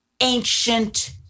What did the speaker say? ancient